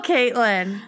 Caitlin